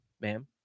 ma'am